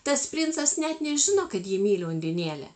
tas princas net nežino kad jį myli undinėlė